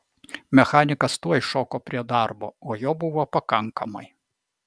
mechanikas tuoj šoko prie darbo o jo buvo pakankamai